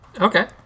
Okay